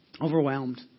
overwhelmed